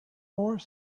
more